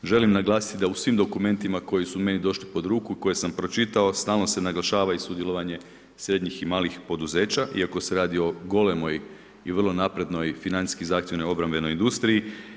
Želim naglasiti da u svim dokumentima koji su meni došli pod ruku koje sam pročitao stalno se naglašava i sudjelovanje srednjih i malih poduzeća iako se radi o golemoj i vrlo naprednoj financijski zahtjevnoj obrambenoj industriji.